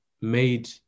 made